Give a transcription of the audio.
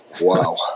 wow